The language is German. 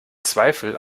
zweifel